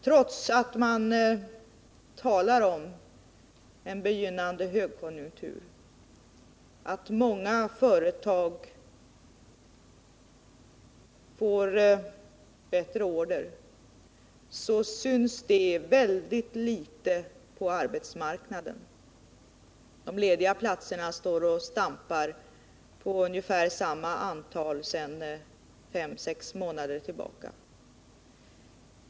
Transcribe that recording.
Trots att man talar om en begynnande högkonjunktur — att många företag får bättre order — så syns det väldigt litet på arbetsmarknaden. När det gäller de lediga platserna står man och stampar vid ungefär samma antal sedan fem sex månader tillbaka.